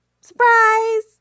Surprise